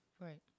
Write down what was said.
Right